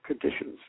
conditions